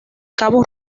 cabo